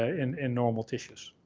ah in in normal tissues.